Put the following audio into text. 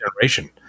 generation